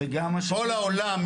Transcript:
כל העולם,